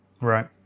Right